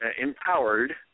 empowered